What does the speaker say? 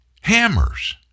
Hammers